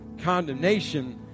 condemnation